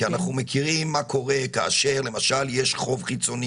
כי אנחנו מכירים מה קורה כאשר למשל יש חוב חיצוני,